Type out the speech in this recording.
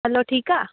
हलो ठीकु आहे